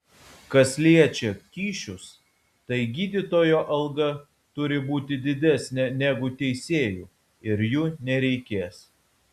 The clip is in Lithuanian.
kas liečia kyšius tai gydytojo alga turi būti didesnė negu teisėjų ir jų nereikės